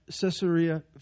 Caesarea